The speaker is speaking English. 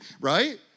right